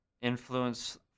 influence